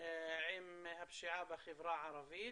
עם הפשיעה בחברה הערבית.